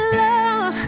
love